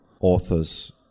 authors